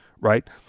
right